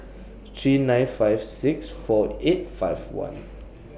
three nine five six four eight five one